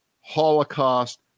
Holocaust